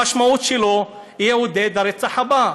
המשמעות שלו, זה מעודד את הרצח הבא.